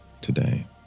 today